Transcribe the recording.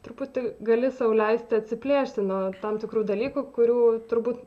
truputį gali sau leisti atsiplėšti nuo tam tikrų dalykų kurių turbūt